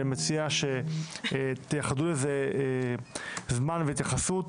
אני מציע שתייחדו זמן והתייחסות